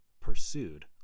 pursued